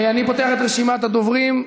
אני פותח רשימת הדוברים,